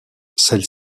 celle